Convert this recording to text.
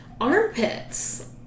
armpits